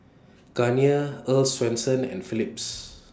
Garnier Earl's Swensens and Philips